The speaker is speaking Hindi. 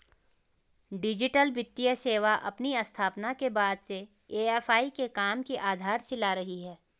डिजिटल वित्तीय सेवा अपनी स्थापना के बाद से ए.एफ.आई के काम की आधारशिला रही है